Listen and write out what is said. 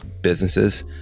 businesses